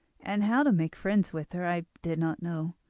and how to make friends with her i did not know.